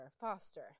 faster